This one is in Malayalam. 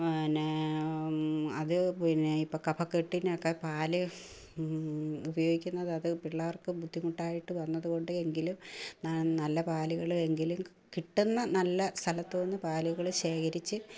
പിന്നെ അതു പിന്നെ ഇപ്പോൾ കഫക്കെട്ടിനൊക്കെ പാല് ഉപയോഗിക്കുന്നത് അത് പിള്ളേർക്ക് ബുദ്ധിമുട്ടായിട്ടു വന്നതുകൊണ്ട് എങ്കിലും നല്ല പാലുകൾ എങ്കിലും കിട്ടുന്ന നല്ല സ്ഥലത്തു നിന്നു പാലുകൾ ശേഖരിച്ച്